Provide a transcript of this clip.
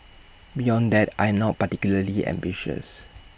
beyond that I am not particularly ambitious